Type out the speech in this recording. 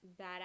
badass